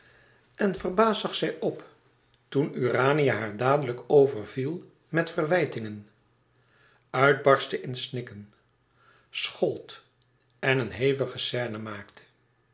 en verbaasd zag zij op toen urania haar dadelijk overviel met verwijtingen uitbarstte in snikken schold en een hevige scène maakte